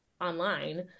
online